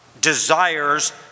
desires